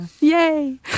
Yay